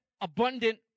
abundant